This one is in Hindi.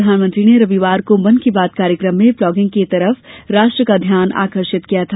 प्रधानमंत्री ने रविवार को मन की बात कार्यक्रम में लॉगिंग की तरफ राष्ट्र का ध्यान आकर्षिक किया था